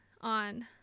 on